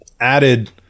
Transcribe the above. added